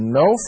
no